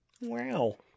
Wow